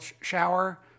shower